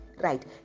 right